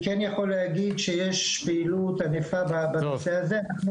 אני כן יכול להגיד שיש פעילות ענפה בנושא הזה.